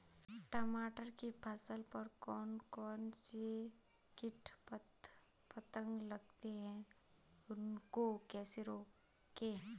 टमाटर की फसल पर कौन कौन से कीट पतंग लगते हैं उनको कैसे रोकें?